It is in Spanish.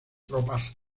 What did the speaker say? tropas